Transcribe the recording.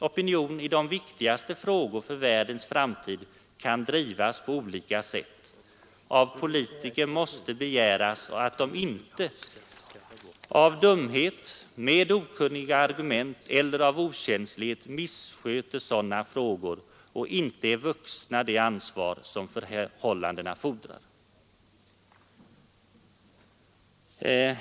Opinion i de viktigaste frågor som gäller världens framtid kan drivas på olika sätt. Av politiker måste begäras att de inte av dumhet, okunnighet eller okänslighet missköter sådana frågor och inte är vuxna det ansvar förhållandena fordrar.